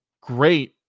great